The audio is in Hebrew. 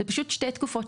אלה שתי תקופות שונות.